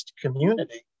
community